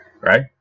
right